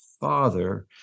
Father